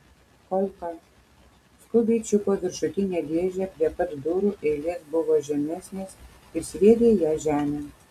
kolka skubiai čiupo viršutinę dėžę prie pat durų eilės buvo žemesnės ir sviedė ją žemėn